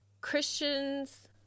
Christian's